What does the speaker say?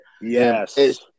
Yes